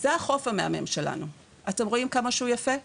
זה החוף המהמם שלנו, אתם רואים כמה שהוא יפה.